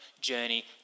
journey